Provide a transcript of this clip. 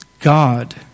God